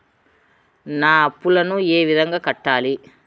నా అప్పులను ఏ విధంగా కట్టాలి?